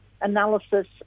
analysis